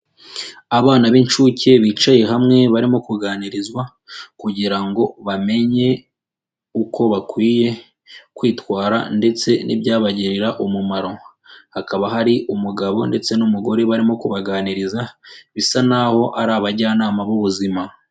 Abana b'incuke bicaye hamwe barimo kuganirizwa kugira ngo bamenye uko bakwiye kwitwara ndetse n'ibyabagirira umumaro, hakaba hari umugabo ndetse n'umugore barimo kubaganiriza, bisa n'aho ari abajyanama b'ubuzima.